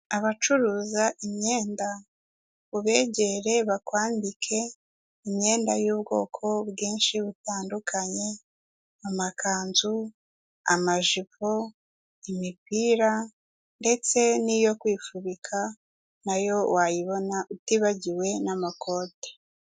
Abacuruza imyenda ubegere bakwambike imyenda y'ubwoko bwinshi butandukanye amakanzu, amajipo, imipira ndetse n'iyo kwifubika nayo wayibona utibagiwe n'amakoti.